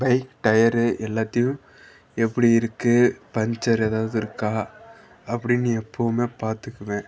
bike tyre எல்லாத்தையும் எப்படி இருக்குது பஞ்சர் எதாவது இருக்கா அப்படின்னு எப்போவுமே பார்த்துக்குவேன்